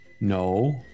no